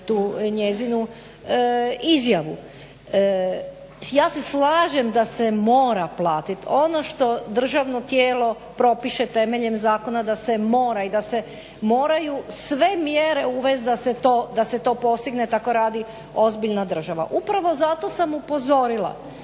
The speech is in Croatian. tu njezinu izjavu. Ja se slažem da se mora platiti ono što državno propiše temeljem zakona da se mora i da se moraju sve mjere uvest da se to postigne, tako radi ozbiljna država. Upravo zato sam upozorila